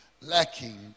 lacking